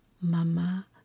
Mama